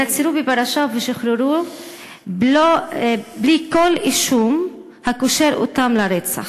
נעצרו בפרשה ושוחררו בלי כל אישום הקושר אותם לרצח.